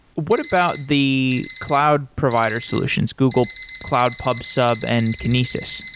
what about the cloud provider solutions google cloud pub sub and kinesis?